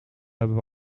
hebben